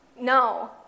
No